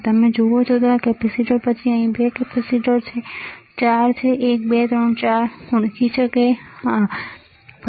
તમે જુઓ આ એક કેપેસિટર પછી અહીં 2 કેપેસિટર છે 4 ખરેખર 1 2 3 4 ઓળખી શકે છે હા બરાબર